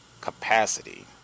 capacity